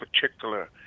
particular